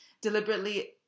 deliberately